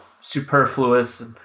superfluous